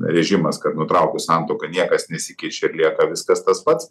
režimas kad nutraukus santuoką niekas nesikeičia ir lieka viskas tas pats